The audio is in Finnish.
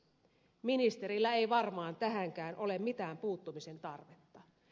ministerillä ei varmaan tähänkään ole mitään puuttumisen tarvetta